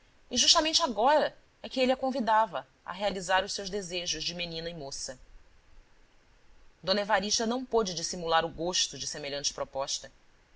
e justamente agora é que ele a convidava a realizar os seus desejos de menina e moça d evarista não pôde dissimular o gosto de semelhante proposta